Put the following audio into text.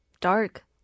dark